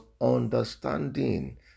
understanding